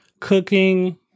cooking